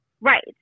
Right